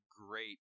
great